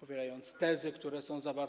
powielając tezy, które są zawarte.